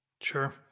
sure